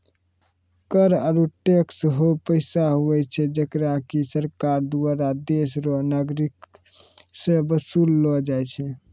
कर आरू टैक्स हौ पैसा हुवै छै जेकरा की सरकार दुआरा देस रो नागरिक सं बसूल लो जाय छै